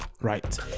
right